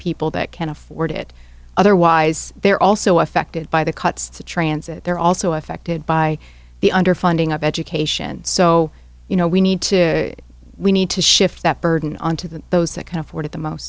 people that can afford it otherwise they're also affected by the cuts to transit they're also affected by the underfunding of education so you know we need to we need to shift that burden on to the those that can afford it the mo